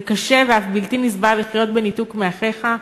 זה קשה ואף בלתי נסבל לחיות בניתוק מאחיך.